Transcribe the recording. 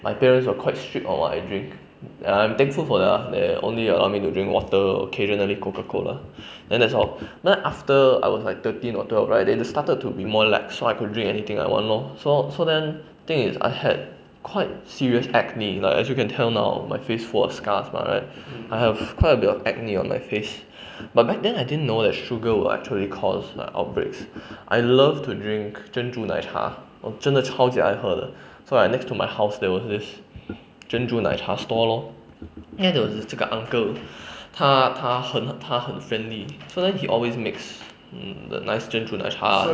my parents was quite strict on what I drink ya I'm thankful for that ah they only allow me to drink water occasionally coca cola then that's all then after I was thirteen or twelve right they started to be like so I could drink anything I want lor so so then thing is that I had quite serious acne like as you can tell now my face full of scars mah right I have quite a bit of acne on my face but back then I didn't know that sugar will like actually cause like outbreaks I love to drink 珍珠奶茶我真的超级爱喝的 so like next to my house there's like this 珍珠奶茶 stall lor then was this 这个 uncle 他他很他很 friendly so then he always makes um the nice 珍珠奶茶